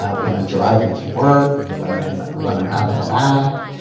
ah when i'm driving to work, when i'm when i'm having a bath,